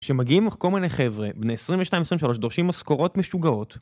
כשמגיעים לכל מיני חבר'ה בין 22-23 דורשים משכורות משוגעות